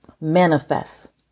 manifest